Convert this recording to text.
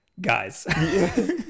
Guys